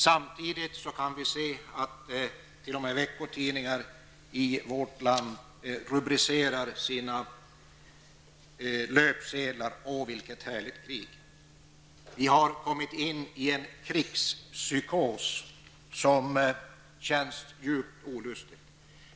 Samtidigt kan vi se att t.o.m. veckotidningar i vårt land har rubriker av följande slag: Åh, vilket härligt krig! Vi har hamnat i en krigspsykos som känns djupt olustig.